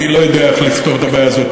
אני לא יודע איך לפתור את הבעיה הזאת.